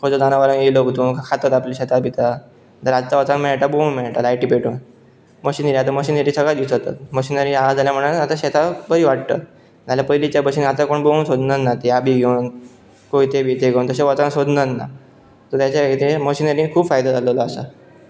खंयचो जनावरां येयलो खातात आपलीं शेतां बितां जाल्यार रातचां वचांक मेळटा बघूंक मेळटा लायटी पेटोवन मशिनरी आहा आतां मशिनरी सगळं दिवचां आतां मशिनरी आहा जाल्यार म्हणान आतां शेतां बरी वाडटात नाजाल्यार पयलींच्या भशेन आतां कोण बघूंक सोदनना तीं ह्यां बी घेवन कोयते बियते घेवन तशें वचोंक सोदनना सो तेजे खातीर मशिनरीन खूब फायदो जाल्लोलो आसा